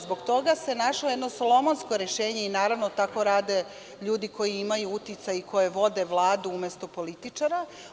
Zbog toga se našlo jedno solomonsko rešenje i naravno tako rade ljudi koji imaju uticaj i koji vode Vladu umesto političara.